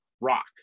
rock